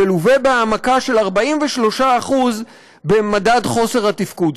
ילווה בהעמקה של 43% במדד חוסר התפקוד.